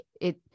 it-